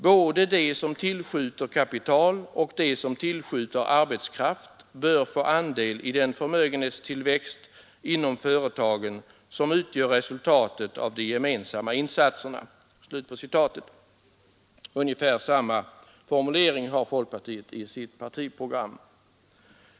Både de som tillskjuter kapital och de som tillskjuter arbetskraft bör få andel i den förmögenhetstillväxt inom företagen som utgör resultatet av de gemensamma insatserna.” Ungefär samma formulering har folkpartiet i sitt partiprogram.